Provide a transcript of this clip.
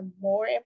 more